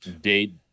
date